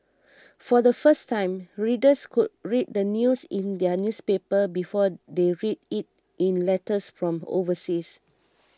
for the first time readers could read the news in their newspaper before they read it in letters from overseas